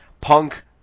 Punk